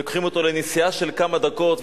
לוקחים אותו לנסיעה של כמה דקות,